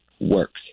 works